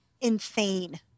insane